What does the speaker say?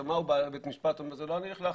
עכשיו, הוא בא לבית משפט, אומר: זה לא אני לכלכתי,